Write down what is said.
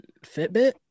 Fitbit